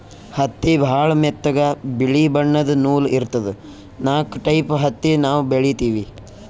ಹತ್ತಿ ಭಾಳ್ ಮೆತ್ತಗ ಬಿಳಿ ಬಣ್ಣದ್ ನೂಲ್ ಇರ್ತದ ನಾಕ್ ಟೈಪ್ ಹತ್ತಿ ನಾವ್ ಬೆಳಿತೀವಿ